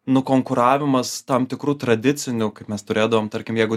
nukonkuravimas tam tikrų tradicinių kaip mes turėdavom tarkim jeigu